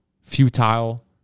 futile